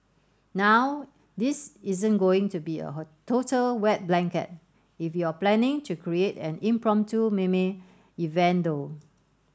now this isn't going to be a total wet blanket if you're planning to create an impromptu meme event though